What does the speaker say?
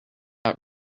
out